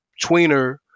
tweener